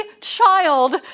child